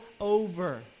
over